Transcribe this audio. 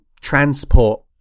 transport